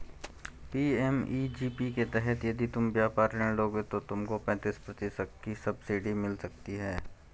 PMEGP के तहत यदि तुम व्यापार ऋण लोगे तो तुमको पैंतीस प्रतिशत तक की सब्सिडी मिल सकती है